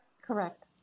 Correct